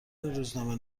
روزنامه